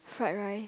fried rice